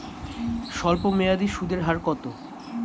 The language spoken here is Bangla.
স্বল্পমেয়াদী সুদের হার কত?